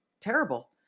terrible